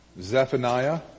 Zephaniah